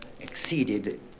exceeded